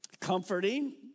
Comforting